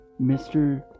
Mr